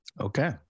Okay